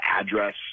address